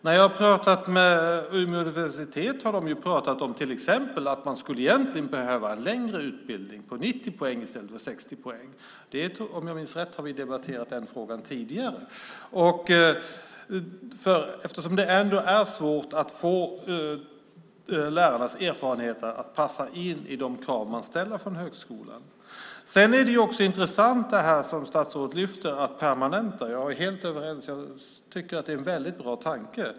När jag har pratat med Umeå universitet har de sagt att man egentligen skulle behöva en längre utbildning på 90 poäng i stället för 60 poäng. Om jag minns rätt har vi debatterat den frågan tidigare. Det kan annars vara svårt att få lärarnas erfarenheter att passa in i de krav som man ställer från högskolan. Det som statsrådet lyfter upp om att permanenta är också intressant. Ja, vi är helt överens. Jag tycker att det är en väldigt bra tanke.